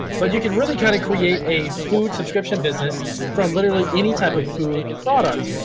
but you can really kind of create a food subscription business from literally any type of food product.